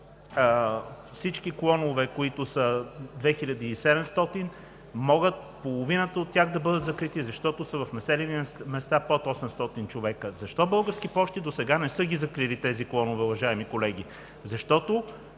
всички клонове, които са 2700, половината от тях могат да бъдат закрити, защото са в населени места под 800 човека. Защо Български пощи досега не са закрили тези клонове, уважаеми колеги? Защото